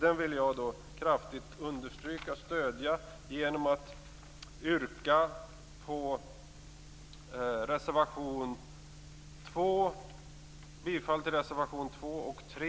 Jag vill kraftigt understödja dessa förslag genom att yrka bifall till reservationerna 2 och 3.